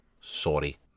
sorry